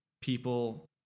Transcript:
people